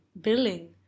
billing